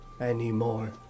anymore